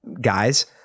guys